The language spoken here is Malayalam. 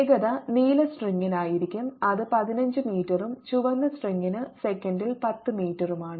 വേഗത നീല സ്ട്രിംഗിനായിരിക്കും അത് 15 മീറ്ററും ചുവന്ന സ്ട്രിംഗിന് സെക്കൻഡിൽ 10 മീറ്ററുമാണ്